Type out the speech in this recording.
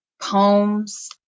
Poems